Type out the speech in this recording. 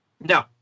No